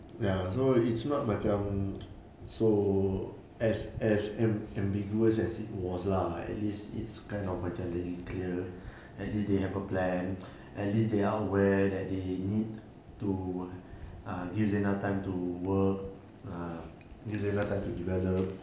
ya so it's not macam so as as am~ ambiguous as it was lah at least it's kind of macam very clear at least they have a plan at least they are aware that they need to ah give zina time to work ah give zina time to develop